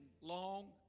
long